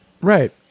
Right